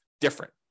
different